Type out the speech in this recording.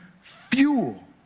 fuel